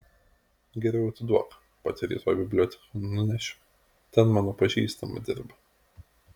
geriau atiduok pati rytoj bibliotekon nunešiu ten mano pažįstama dirba